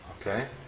okay